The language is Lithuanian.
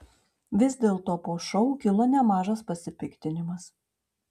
vis dėlto po šou kilo nemažas pasipiktinimas